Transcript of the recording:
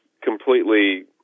completely